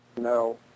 No